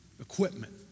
equipment